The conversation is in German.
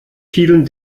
vielen